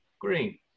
green